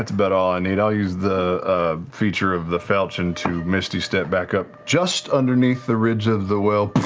that's about all i need. i'll use the ah feature of the falchion to misty step back up just underneath the ridge of the well,